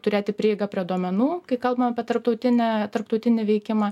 turėti prieigą prie duomenų kai kalbam apie tarptautinę tarptautinį veikimą